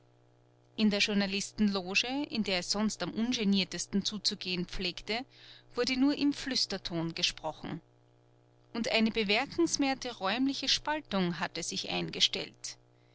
in der journalistenloge in der es sonst am ungeniertesten zuzugehen pflegte wurde nur im flüsterton gesprochen und eine bemerkenswerte räumliche spaltung hatte sich eingestellt